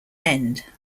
end